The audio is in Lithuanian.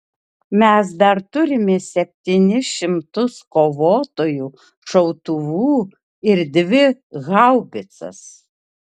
mes dar turime septynis šimtus kovotojų šautuvų ir dvi haubicas